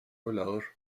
volador